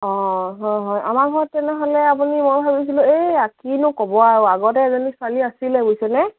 অঁ হয় হয় আমাৰ ঘৰত তেনেহ'লে আপুনি মই ভাবিছিলোঁ এয়া কিনো ক'ব আৰু আগতে এজনী ছোৱালী আছিলে বুজিছেনে